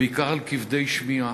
ובעיקר לכבדי שמיעה.